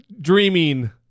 dreaming